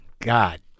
God